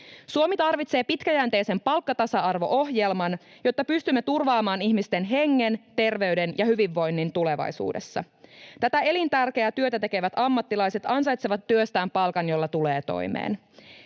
Suomi tarvitsee pitkäjänteisen palkkatasa-arvo-ohjelman, jotta pystymme turvaamaan ihmisten hengen, terveyden ja hyvinvoinnin tulevaisuudessa. Tätä elintärkeää työtä tekevät ammattilaiset ansaitsevat työstään palkan, jolla tulee toimeen.